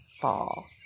fall